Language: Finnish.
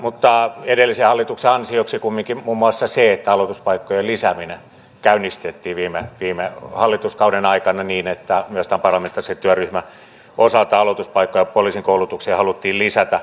mutta edellisen hallituksen ansioksi kumminkin voi sanoa muun muassa sen että aloituspaikkojen lisääminen käynnistettiin viime hallituskauden aikana niin että myös tämän parlamentaarisen työryhmän osalta aloituspaikkoja poliisikoulutukseen haluttiin lisätä